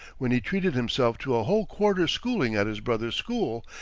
when he treated himself to a whole quarter's schooling at his brother's school,